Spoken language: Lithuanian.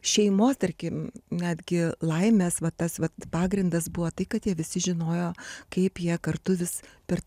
šeimos tarkim netgi laimės va tas vat pagrindas buvo tai kad jie visi žinojo kaip jie kartu vis per